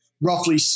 roughly